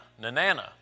Nanana